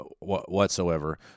whatsoever